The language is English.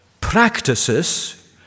practices